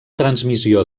transmissió